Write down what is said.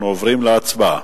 אנחנו עוברים להצבעה.